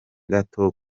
gato